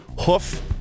hoof